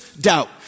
doubt